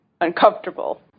uncomfortable